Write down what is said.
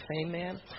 Amen